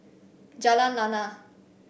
Jalan Lana